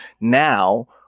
now